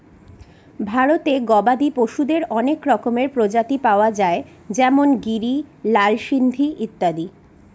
ভারতে গবাদি পশুদের অনেক রকমের প্রজাতি পাওয়া যায় যেমন গিরি, লাল সিন্ধি ইত্যাদি